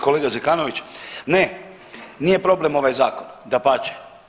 Kolega Zekanović, ne nije problem ovaj zakon dapače.